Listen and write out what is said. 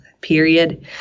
period